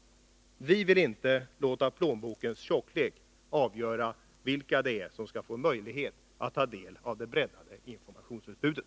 Vi vill inte låta plånbokens tjocklek avgöra vilka som skall få möjlighet att ta del av det breddade informationsutbudet.